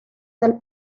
del